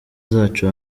zacu